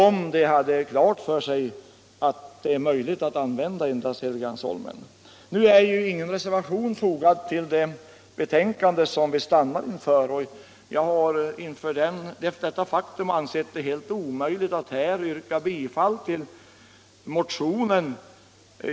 om man hade klart för sig att det skulle räcka med Helgeandsholmen. Nu är ingen reservation för vår motion fogad till detta betänkande, och jag har inför detta faktum ansett det helt omöjligt att yrka bifall till motionen.